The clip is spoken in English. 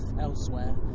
elsewhere